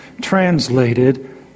translated